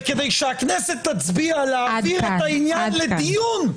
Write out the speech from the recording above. וכדי שהכנסת תצביע כדי להביא את העניין לדיון,